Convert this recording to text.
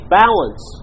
balance